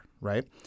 right